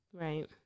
right